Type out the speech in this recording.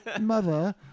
Mother